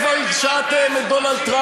כשהיה מועמד.